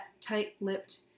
tight-lipped